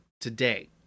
today